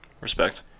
Respect